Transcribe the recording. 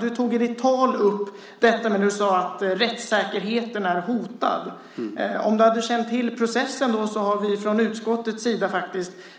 Du tog i ditt anförande upp att rättssäkerheten är hotad. Om du hade känt till processen hade du vetat att vi från utskottets sida har